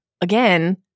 again